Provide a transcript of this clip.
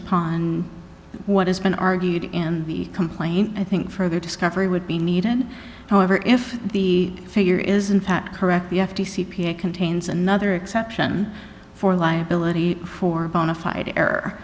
upon what has been argued in the complaint i think further discovery would be needed however if the figure is in fact correct the f t c p a contains another exception for liability for a bona fide error